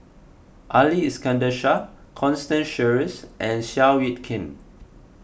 Ali Iskandar Shah Constance Sheares and Seow Yit Kin